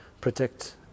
protect